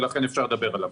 ולכן אפשר לדבר עליו.